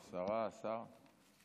השרה, השר.